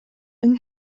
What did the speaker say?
yng